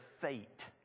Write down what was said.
fate